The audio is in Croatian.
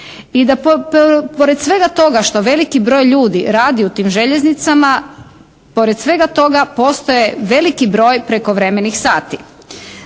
i da pored svega toga što veliki broj ljudi radi u tim željeznicama pored svega toga postoje veliki broj prekovremenih sati.